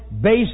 based